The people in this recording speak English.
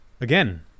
Again